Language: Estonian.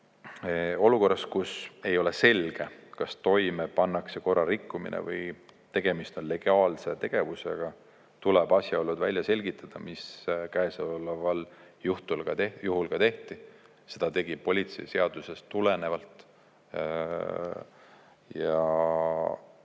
Olukorras, kus ei ole selge, kas toime pannakse korrarikkumine või tegemist on legaalse tegevusega, tuleb asjaolud välja selgitada, mida käesoleval juhul ka tehti. Seda tegi politsei seadusest tulenevalt.